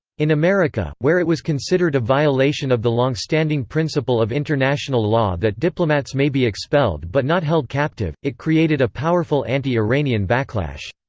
in america, where it was considered a violation of the long-standing principle of international law that diplomats may be expelled but not held captive, it created a powerful anti-iranian backlash.